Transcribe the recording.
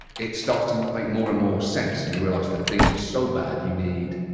it started to make more and more sense, and you realize that things are so bad, you need